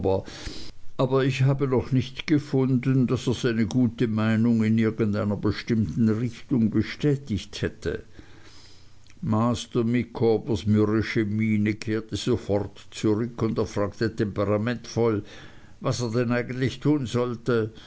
aber ich habe noch nicht gefunden daß er seine gute meinung in irgendeiner bestimmten richtung betätigt hätte master micawbers mürrische miene kehrte sofort zurück und er fragte temperamentvoll was er denn eigentlich tun sollte